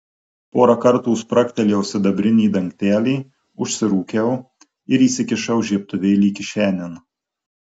porą kartų spragtelėjau sidabrinį dangtelį užsirūkiau ir įsikišau žiebtuvėlį kišenėn